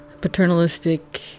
paternalistic